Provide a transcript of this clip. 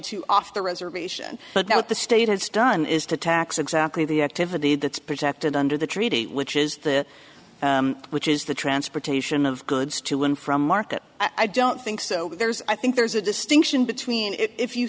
to off the reservation but not the state has done is to tax exactly the activity that's protected under the treaty which is the which is the transportation of goods to and from market i don't think so there's i think there's a distinction between if you